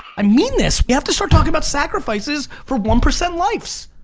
i mean this! we have to start talking about sacrifices for one percent lifes!